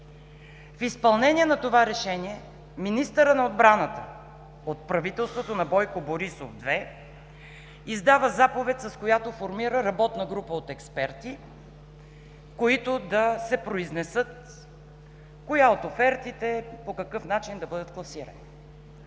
В изпълнение на това решение министърът на отбраната от правителството на Бойко Борисов 2 издава заповед, с която формира работна група от експерти, които да се произнесат коя от офертите по какъв начин да бъде класирана.